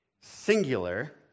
singular